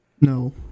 No